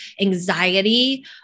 anxiety